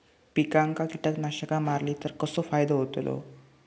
पिकांक कीटकनाशका मारली तर कसो फायदो होतलो?